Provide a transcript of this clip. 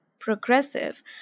progressive